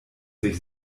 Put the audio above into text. sich